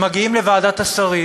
שמגיעים לוועדת השרים